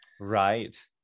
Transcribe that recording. right